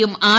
യും ആർ